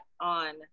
on